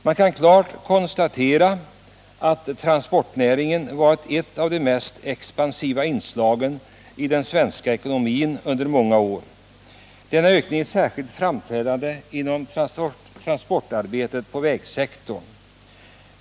Man kan klart konstatera att transportnäringen under många år varit ett av de mest expansiva inslagen i den svenska ekonomin. Denna ökning är särskilt framträdande inom transportarbetet på vägsektorn.